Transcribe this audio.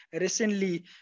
recently